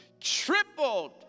tripled